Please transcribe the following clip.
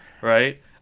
right